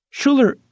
Schuller